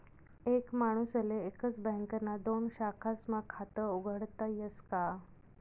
एक माणूसले एकच बँकना दोन शाखास्मा खातं उघाडता यस का?